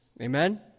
Amen